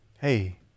Hey